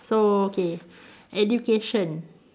so okay education